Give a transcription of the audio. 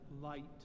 light